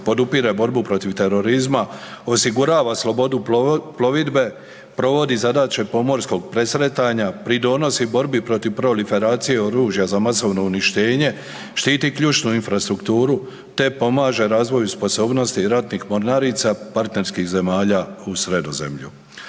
podupire borbu protiv terorizma, osigurava slobodu plovidbe, provodi zadaće pomorskog presretanja, pridonosi borbi protiv proliferacije oružja za masovno uništenje, štiti ključnu infrastrukturu, te pomaže razvoju sposobnosti ratnih mornarica partnerskih zemalja u Sredozemlju.